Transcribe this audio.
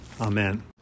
Amen